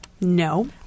No